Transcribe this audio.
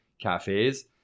cafes